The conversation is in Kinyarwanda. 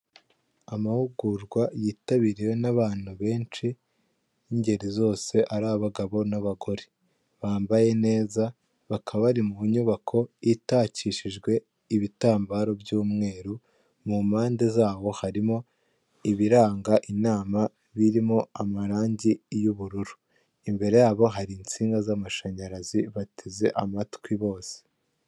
Amahugurwa yitabiriwe n'abantu benshi b'ingeri zose ari abagabo n'abagore bambaye neza bakaba bari mu nyubako itakishijwe ibitambaro by'umweru, mu mpande zaho harimo ibiranga inama birimo amarangi y'ubururu, imbere yabo hari insinga z'amashanyarazi bateze amatwi bose.